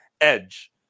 Edge